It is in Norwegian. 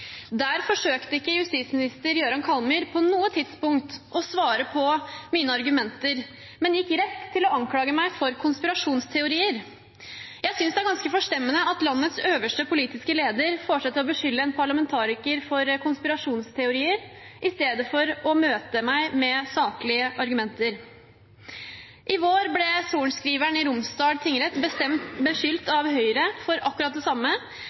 Der forsøkte ikke justisminister Jøran Kallmyr på noe tidspunkt å svare på mine argumenter, men gikk rett til å anklage meg for konspirasjonsteorier. Jeg synes det er ganske forstemmende at landets øverste justispolitiske leder får seg til å beskylde en parlamentariker for konspirasjonsteorier, i stedet for å møte meg med saklige argumenter. I vår ble sorenskriveren i Romsdal tingrett beskyldt av Høyre for akkurat det samme,